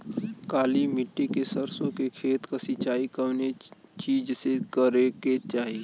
काली मिट्टी के सरसों के खेत क सिंचाई कवने चीज़से करेके चाही?